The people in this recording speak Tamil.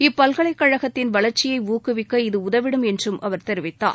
இப்பல்கலைக்கழகத்தின் வளர்ச்சியை ஊக்குவிக்க இது உதவிடும் என்றும் அவர் தெரிவித்தார்